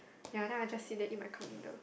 ya then I just sit there eat my cup noodle